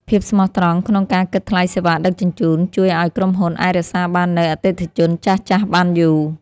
ភាពស្មោះត្រង់ក្នុងការគិតថ្លៃសេវាដឹកជញ្ជូនជួយឱ្យក្រុមហ៊ុនអាចរក្សាបាននូវអតិថិជនចាស់ៗបានយូរ។